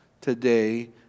today